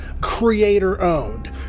creator-owned